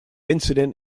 incident